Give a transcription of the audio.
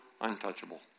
untouchable